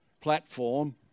platform